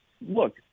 look